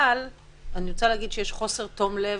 אבל אני רוצה להגיד שיש חוסר תום לב,